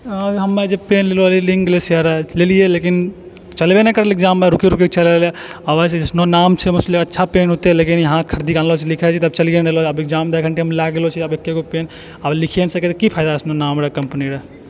हमे जे पेन लेलू रहै लिङ्क ग्लेसियर लेलिए लेकिन चलबे नहि करलै एग्जाममे रुकि रुकिकऽ चललै हमे जइसनो नाम सुनलो रहिए अच्छा पेन होतै लेकिन यहाँ खरीदके आनलहुँ छै जब लिखै छिए तब चलिए नहि रहलऽ छै आब एग्जाम दैलए लऽ गेलऽ छिए एके गो पेन आब लिखिए नहि सकै छिए की फायदा अइसनो नामरै कम्पनीरै